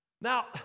Now